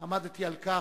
עמדתי על כך,